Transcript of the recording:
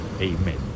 Amen